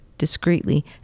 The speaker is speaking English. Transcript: discreetly